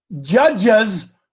judges